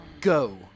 go